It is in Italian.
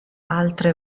altre